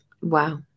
Wow